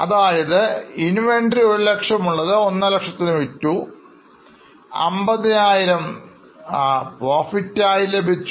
അതായത് Inventory 100000 ഉള്ളത് 150000 ന് വിറ്റു 50000 Profit ആയി ലഭിച്ചു